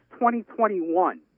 2021